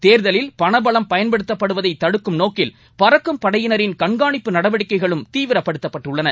தேர்தலில் பணபலம் பயன்படுத்தப்படுவதை தடுக்கும் நோக்கில் பறக்கும் படையினரின் கண்கானிப்பு நடவடிக்கைகளும் தீவிரப்படுத்தப்பட்டுள்ளன